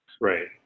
Right